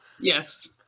Yes